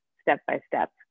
step-by-step